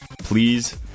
Please